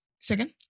Second